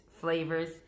flavors